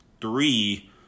three